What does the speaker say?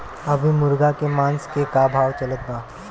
अभी मुर्गा के मांस के का भाव चलत बा?